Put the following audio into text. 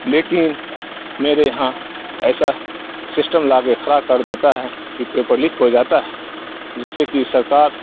لیکن میرے یہاں ایسا سسٹم لا کے کھڑا کر دیتا ہے کہ پیپر لیک ہو جاتا ہے جس سے کہ سرکار